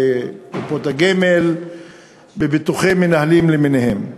בקופות הגמל ובביטוחי מנהלים למיניהם.